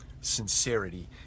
sincerity